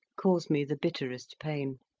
cause me the bitterest pain.